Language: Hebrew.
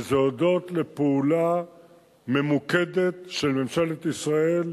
וזה הודות לפעולה ממוקדת של ממשלת ישראל,